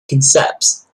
concepts